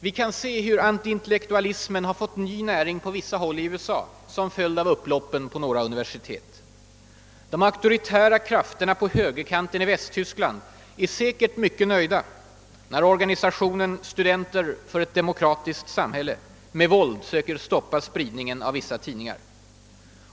Vi kan se hur antiintellektualismen har fått ny näring på vissa håll i USA till följd av upploppen vid några universitet. De auktoritära krafterna på högerkanten i Västtyskland är säkert mycket nöjda när organisationen »Studenter för ett Demokratiskt Samhälle» med våld söker stoppa spridningen av vissa tidningar.